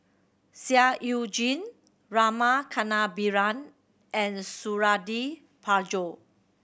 Seah Eu Jin Rama Kannabiran and Suradi Parjo